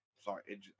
sorry